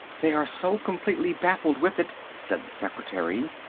they are so completely baffled with it, said the secretary,